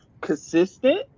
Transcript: consistent